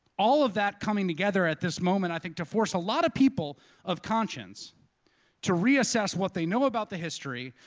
all of that coming together at this moment, i think to force a lot of people of conscience to reassess what they know about the history,